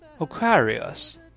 Aquarius